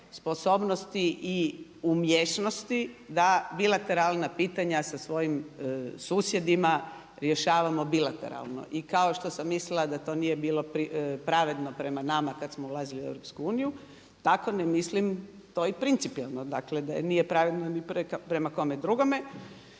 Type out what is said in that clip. sposobnosti i umjesnosti da bilateralna pitanja sa svojim susjedima rješavamo bilateralno. I kao što sam mislila da to nije bilo pravedno prema nama kad smo ulazili u EU tako ne mislim to i principijelno, dakle da nije pravedno ni prema kome drugome.